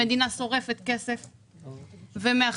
המדינה שורפת כסף ומאכזבת.